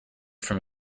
from